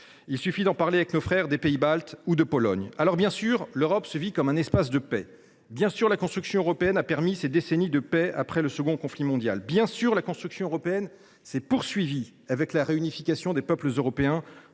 convaincre d’en parler avec nos frères des pays baltes ou de Pologne. Bien sûr, l’Europe se vit comme un espace de paix. Bien sûr, la construction européenne a permis les décennies de paix qui ont suivi le second conflit mondial. Bien sûr, la construction européenne s’est poursuivie avec la réunification des peuples européens